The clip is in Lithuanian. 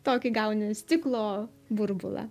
tokį gauni stiklo burbulą